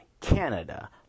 Canada